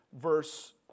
verse